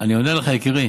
אני עונה לך יקירי,